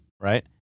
Right